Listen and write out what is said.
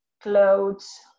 clothes